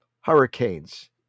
hurricanes